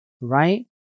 right